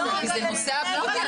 בדיון.